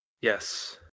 yes